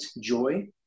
joy